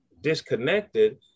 disconnected